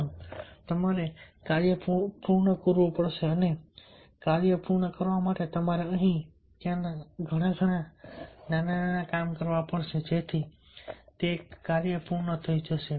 પ્રથમ તમારે કાર્ય પૂર્ણ કરવું પડશે અને કાર્ય પૂર્ણ કરવા માટે તમારે અહીં અને ત્યાં ઘણા નાના કામ કરવા પડશે જેથી તે કાર્ય પૂર્ણ થઈ જશે